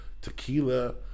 tequila